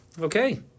Okay